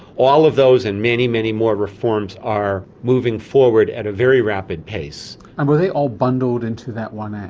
all of those and many, many more reforms are moving forward at a very rapid pace. and were they all bundled into that one act?